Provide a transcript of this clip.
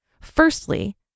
Firstly